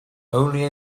only